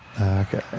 Okay